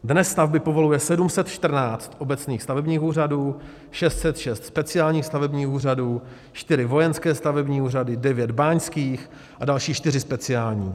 Dnes stavby povoluje 714 obecných stavebních úřadů, 606 speciálních stavebních úřadů, 4 vojenské stavební úřady, 9 báňských a další 4 speciální.